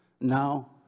Now